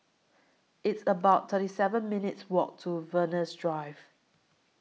It's about thirty seven minutes' Walk to Venus Drive